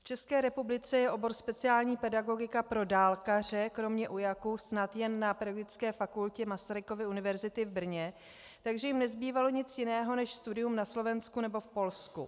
V České republice je obor speciální pedagogika pro dálkaře kromě UJAK snad jen na Pedagogické fakultě Masarykovy univerzity v Brně, takže jim nezbývalo nic jiného než studium na Slovensku nebo v Polsku.